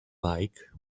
bike